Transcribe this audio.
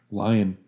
lion